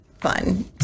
Fun